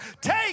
take